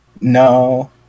No